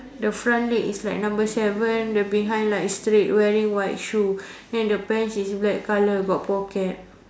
the front leg is like number seven the behind like straight wearing white shoe then the pants is black colour got pocket